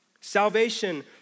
Salvation